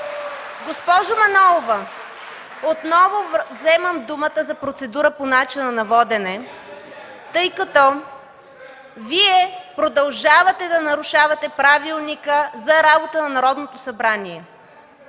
Госпожо Манолова, отново вземам думата за процедура по начина на водене, тъй като Вие продължавате да нарушавате правилника за работа на Народното събрание.